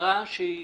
הגדרה שהיא